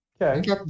Okay